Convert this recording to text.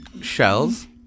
Shells